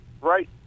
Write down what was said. Right